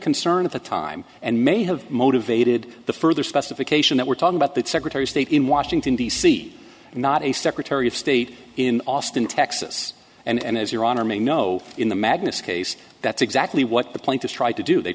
concern at the time and may have motivated the further specification that we're talking about that secretary of state in washington d c and not a secretary of state in austin texas and as your honor may know in the magnus case that's exactly what the plaintiffs tried to do they